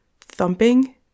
thumping